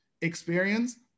experience